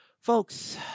folks